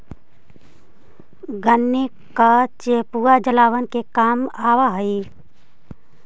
गन्ने का चेपुआ जलावन के काम भी आवा हई